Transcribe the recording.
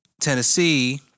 Tennessee